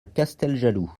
casteljaloux